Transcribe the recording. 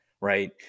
Right